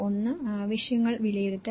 ഒന്ന് ആവശ്യങ്ങൾ വിലയിരുത്തൽ